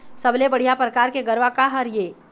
सबले बढ़िया परकार के गरवा का हर ये?